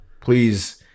please